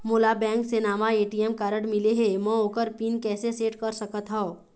मोला बैंक से नावा ए.टी.एम कारड मिले हे, म ओकर पिन कैसे सेट कर सकत हव?